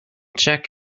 check